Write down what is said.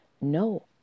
no